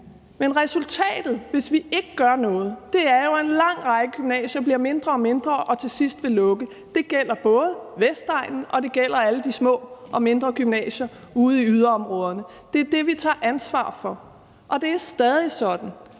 Men resultatet, hvis ikke vi gør noget, er, at en lang række gymnasier bliver mindre og mindre og til sidst vil lukke. Det gælder både Vestegnen, og det gælder alle de små og mindre gymnasier ude i yderområderne. Det er det, vi tager ansvar for, og det er stadig sådan,